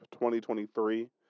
2023